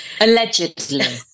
Allegedly